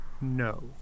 No